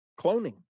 cloning